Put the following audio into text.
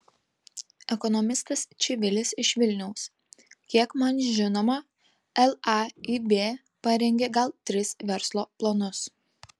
ekonomistas čivilis iš vilniaus kiek man žinoma laib parengė gal tris verslo planus